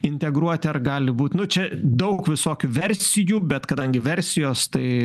integruoti ar gali būt nu čia daug visokių versijų bet kadangi versijos tai